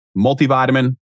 Multivitamin